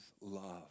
love